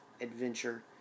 adventure